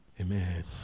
Amen